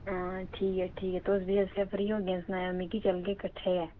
आं ठीक ऐ ठीक ऐ तुस जिसलै फ्री होगे फ्ही सनायो अग्गें चलगे कट्ठे गै